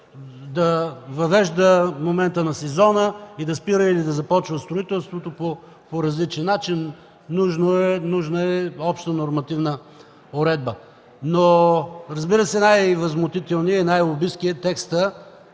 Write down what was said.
да въвежда момента на сезона и да спира или да започва строителството по различен начин. Нужна е обща нормативна уредба. Разбира се, най-възмутителният и най-лобистки е текстът